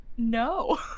No